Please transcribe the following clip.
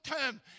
term